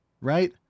Right